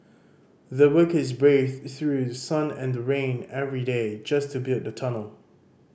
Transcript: the workers braved through sun and rain every day just to build the tunnel